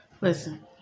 Listen